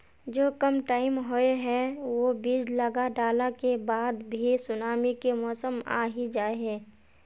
जो कम टाइम होये है वो बीज लगा डाला के बाद भी सुनामी के मौसम आ ही जाय है?